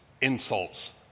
insults